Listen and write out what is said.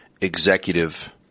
executive